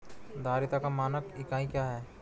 धारिता का मानक इकाई क्या है?